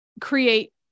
create